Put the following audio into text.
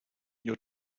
your